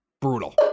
Brutal